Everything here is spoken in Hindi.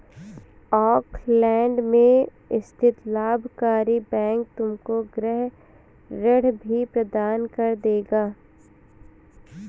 ऑकलैंड में स्थित लाभकारी बैंक तुमको गृह ऋण भी प्रदान कर देगा